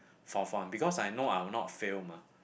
fourth one because I know I would not fail mah